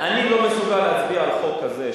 אני לא מסוגל להצביע על חוק כזה,